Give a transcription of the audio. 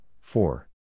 four